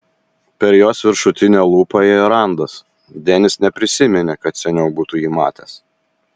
per jos viršutinę lūpą ėjo randas denis neprisiminė kad seniau būtų jį matęs